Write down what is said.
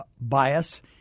bias